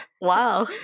wow